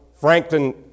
Franklin